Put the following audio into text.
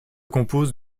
compose